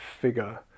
figure